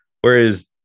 Whereas